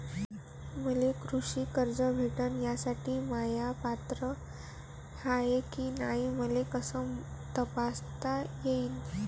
मले कृषी कर्ज भेटन यासाठी म्या पात्र हाय की नाय मले कस तपासता येईन?